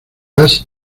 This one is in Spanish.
las